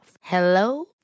Hello